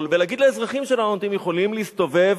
ולהגיד לאזרחים שלנו: אתם יכולים להסתובב